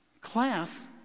class